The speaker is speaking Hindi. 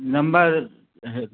नम्बर ह